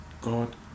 god